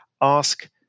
ask